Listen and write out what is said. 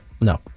No